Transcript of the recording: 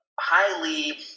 highly